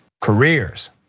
careers